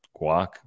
Guac